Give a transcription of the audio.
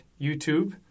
YouTube